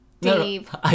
Dave